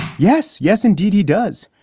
yes. yes, indeed he does.